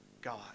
God